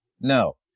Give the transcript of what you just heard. No